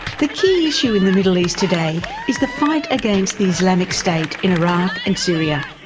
the key issue in the middle east today is the fight against the islamic state in iraq and syria.